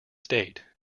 state